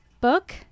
book